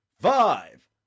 five